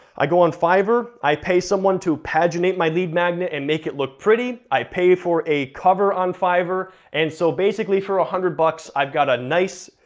i go on fiverr, i pay someone to paginate my lead magnet and make it look pretty, i pay for a cover on fiverr, and so basically for one ah hundred bucks i've got a nice,